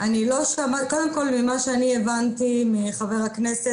קודם כל ממה שאני הבנתי מחבר הכנסת